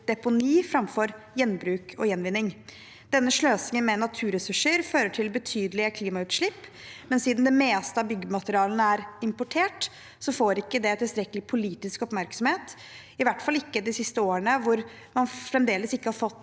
deponi framfor gjenbruk og gjenvinning. Denne sløsingen av naturressurser fører til betydelige klimautslipp, men siden det meste av byggematerialene er importert, har ikke dette fått tilstrekkelig politisk oppmerksomhet, i hvert fall ikke de siste årene. Man har fremdeles ikke har fått